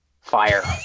Fire